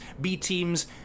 B-teams